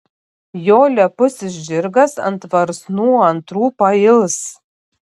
jo lepusis žirgas ant varsnų antrų pails